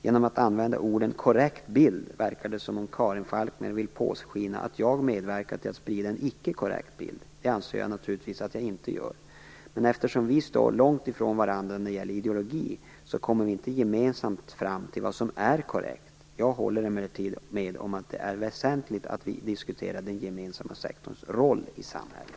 Genom att använda orden "korrekt bild" verkar det som om Karin Falkmer vill påskina att jag medverkar till att sprida en icke korrekt bild. Det anser jag naturligtvis att jag inte gör, men eftersom vi står långt från varandra när det gäller ideologi, kommer vi inte gemensamt fram till vad som är korrekt. Jag håller emellertid med om att det är väsentligt att vi diskuterar den gemensamma sektorns roll i samhället.